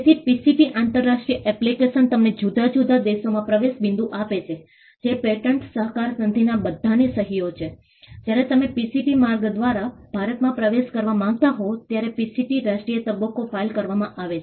તેથી પીસીટી આંતરરાષ્ટ્રીય એપ્લિકેશન તમને જુદા જુદા દેશોમાં પ્રવેશ બિંદુ આપે છે જે પેટન્ટ સહકાર સંધિના બધા ની સહીઓ છે જ્યારે તમે પીસીટી માર્ગ દ્વારા ભારતમાં પ્રવેશ કરવા માંગતા હો ત્યારે પીસીટી રાષ્ટ્રીય તબક્કો ફાઇલ કરવામાં આવે છે